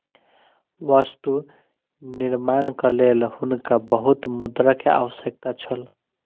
वस्तु निर्माणक लेल हुनका बहुत मुद्रा के आवश्यकता छल